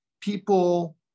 people